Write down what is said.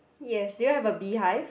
yes do you have a beehive